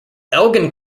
elgin